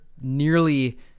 nearly